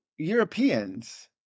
Europeans